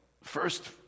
first